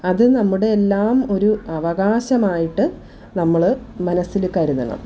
അത് നമ്മുടെ എല്ലാം ഒരു അവകാശമായിട്ട് നമ്മൾ മനസ്സിൽ കരുതണം